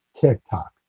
TikTok